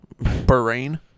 Bahrain